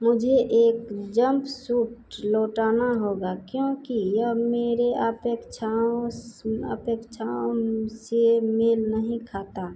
मुझे एक junk food लौटाना होगा क्योंकि यह मेरे अपेक्षाओं उन अपेक्षाओं से मेल नहीं खाता